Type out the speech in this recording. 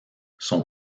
sont